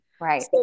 Right